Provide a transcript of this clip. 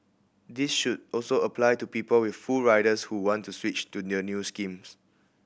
this should also apply to people with full riders who want to switch to the new schemes